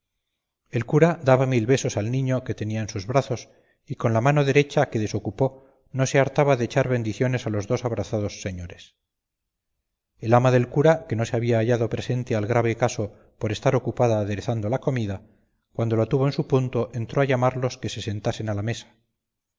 el cura daba mil besos al niño que tenía en sus brazos y con la mano derecha que desocupó no se hartaba de echar bendiciones a los dos abrazados señores el ama del cura que no se había hallado presente al grave caso por estar ocupada aderezando la comida cuando la tuvo en su punto entró a llamarlos que se sentasen a la mesa